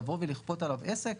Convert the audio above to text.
לבוא ולכפות עליו עסק,